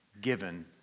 given